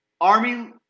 Army